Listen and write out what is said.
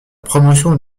promotion